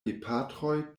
gepatroj